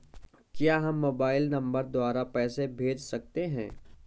क्या हम mobile number द्वारा पैसे भेज सकते हैं?